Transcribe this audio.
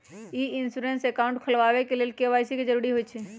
ई insurance account खोलबाबे के लेल के.वाई.सी के जरूरी होइ छै